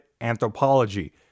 anthropology